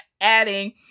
adding